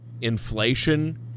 inflation